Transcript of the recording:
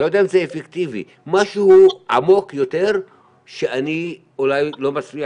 משהו עמוק יותר שאני אולי לא מצליח